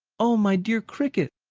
oh, my dear cricket,